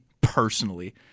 personally